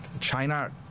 China